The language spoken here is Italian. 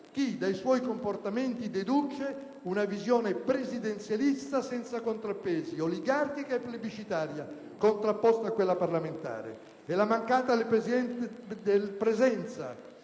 chi dai suoi comportamenti deduce una visione presidenzialista senza contrappesi, oligarchica e plebiscitaria, contrapposta a quella parlamentare. La mancata presenza